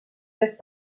les